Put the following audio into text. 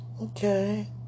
okay